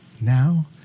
now